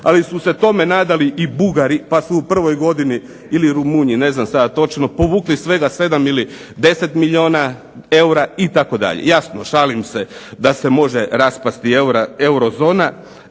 ali su se tome nadali i Bugari pa su u prvoj godini, ili Rumunji ne znam sada točno, povukli svega 7 ili 10 milijuna eura itd. Jasno, šalim se da se može raspasti eurozona,